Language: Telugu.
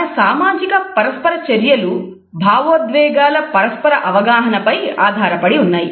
మన సామాజిక పరస్పర చర్యలు భావోద్వేగాల పరస్పర అవగాహనపై ఆధారపడి ఉన్నాయి